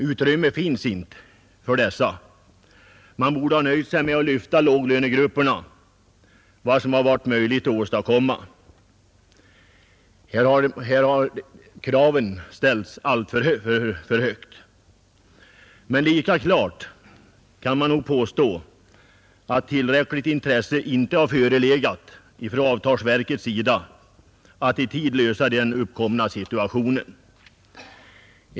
Det finns inte utrymme för alla dessa. Man borde ha nöjt sig med att så långt möjligheter fanns lyfta låglönegrupperna. Kraven har ställts alltför högt. Men lika klart kan man påstå att tillräckligt intresse inte har förelegat hos avtalsverket att i tid klara den uppkomna situationen.